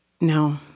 No